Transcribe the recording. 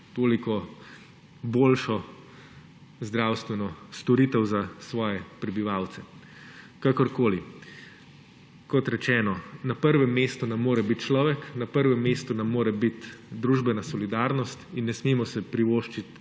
toliko boljše zdravstvene storitve za svoje prebivalce. Kakorkoli, kot rečeno, na prvem mestu nam mora biti človek, na prvem mestu nam mora biti družbena solidarnost in ne smemo si privoščiti,